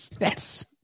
Yes